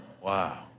Wow